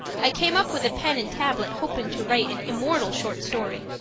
i came up with a pen and tablet hoping to write an immortal short story,